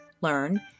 learn